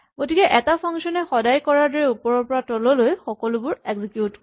গতিকে এটা ফাংচন এ সদায় কৰাৰ দৰে ওপৰৰ পৰা তললৈ গোটেইবোৰ এক্সিকিউট কৰিব